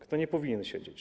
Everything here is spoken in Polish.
Kto nie powinien siedzieć?